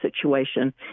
situation